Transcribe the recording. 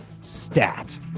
stat